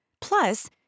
Plus